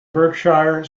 berkshire